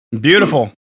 Beautiful